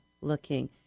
looking